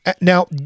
Now